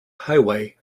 highway